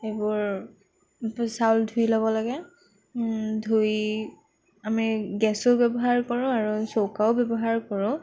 এইবোৰএইবোৰ চাউল ধুই ল'ব লাগে ধুই আমি গেছো ব্যৱহাৰ কৰোঁ আৰু চৌকাও ব্যৱহাৰ কৰোঁ